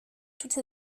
toutes